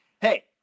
Hey